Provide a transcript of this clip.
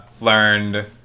learned